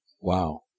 Wow